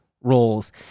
roles